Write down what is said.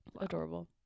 adorable